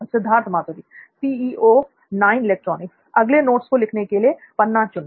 सिद्धार्थ मातुरी अगले नोट्स को लिखने के लिए पन्ना चुनना